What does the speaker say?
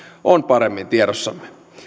on paremmin tiedossamme